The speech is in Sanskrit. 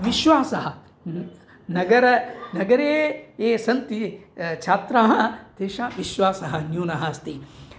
विश्वासः न् नगर नगरे ये सन्ति छात्राः तेषा विश्वासः न्यूनः अस्ति